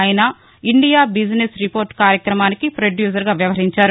ఆయన India business report కార్యక్రమానికి ప్రొడ్యూసర్గా వ్యవహరించారు